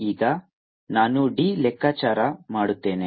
ಈಗ ನಾನು d ಲೆಕ್ಕಾಚಾರ ಮಾಡುತ್ತೇನೆ